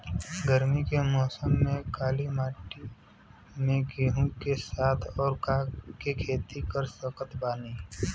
गरमी के मौसम में काली माटी में गेहूँ के साथ और का के खेती कर सकत बानी?